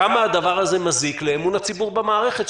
כמה הדבר הזה מזיק לאמון הציבור במערכת,